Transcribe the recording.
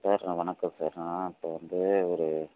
sir நான் வணக்கம் sir நான் இப்போ வந்து ஒரு